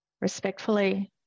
respectfully